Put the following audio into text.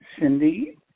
Cindy